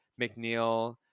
McNeil